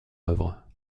œuvre